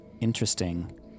interesting